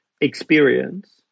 experience